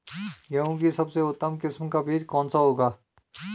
गेहूँ की सबसे उत्तम किस्म का बीज कौन सा होगा?